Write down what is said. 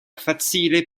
facile